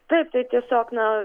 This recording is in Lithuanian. taip tai tiesiog na